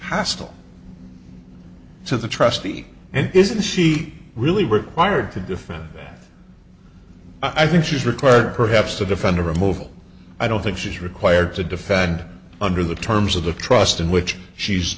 hostile to the trustee and isn't she really required to defend that i think she's required perhaps to defend a removal i don't think she's required to defend under the terms of the trust in which she's